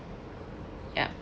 yup